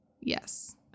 Yes